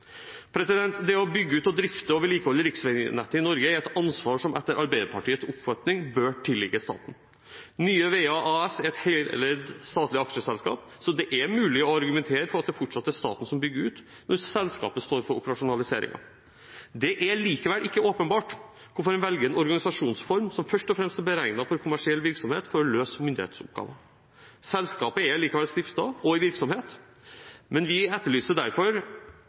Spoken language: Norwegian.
Det å bygge ut, drifte og vedlikeholde riksvegnettet i Norge er et ansvar som etter Arbeiderpartiets oppfatning bør tilligge staten. Nye Veier AS er et heleid statlig aksjeselskap, så det er mulig å argumentere for at det fortsatt er staten som bygger ut, mens selskapet står for operasjonaliseringen. Det er likevel ikke åpenbart hvorfor en velger en organisasjonsform som først og fremst er beregnet for kommersiell virksomhet for å løse myndighetsoppgaver. Selskapet er likevel stiftet og i virksomhet, og vi etterlyser derfor